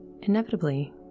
Inevitably